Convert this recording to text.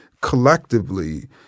collectively